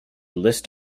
list